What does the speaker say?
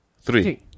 three